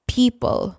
people